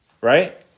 right